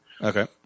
Okay